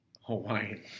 Hawaiian